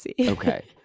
Okay